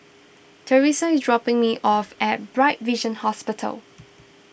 therese is dropping me off at Bright Vision Hospital